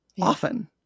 often